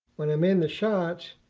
when i'm in the shots,